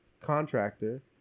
contractor